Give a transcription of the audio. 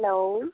hello